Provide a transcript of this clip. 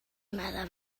meddai